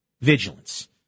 vigilance